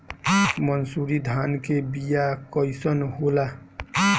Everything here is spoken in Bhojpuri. मनसुरी धान के बिया कईसन होला?